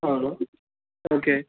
అవును ఓకే